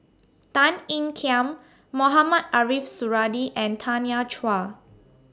Tan Ean Kiam Mohamed Ariff Suradi and Tanya Chua